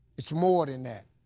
it's more than that.